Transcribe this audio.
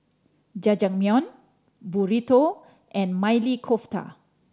Jajangmyeon Burrito and Maili Kofta